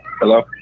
Hello